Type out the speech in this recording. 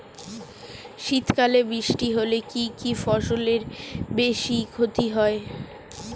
শীত কালে বৃষ্টি হলে কোন কোন ফসলের বেশি ক্ষতি হয়?